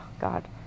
god